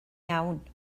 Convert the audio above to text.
iawn